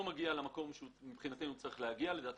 מגיעה למקום שמבחינתנו היא צריכה להגיע אליו,